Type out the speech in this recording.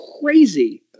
crazy